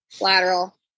Lateral